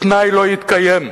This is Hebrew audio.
התנאי לא יתקיים.